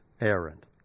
errand